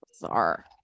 Bizarre